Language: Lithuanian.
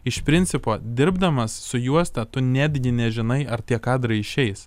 iš principo dirbdamas su juosta tu netgi nežinai ar tie kadrai išeis